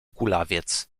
kulawiec